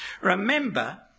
Remember